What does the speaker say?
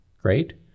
Great